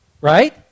right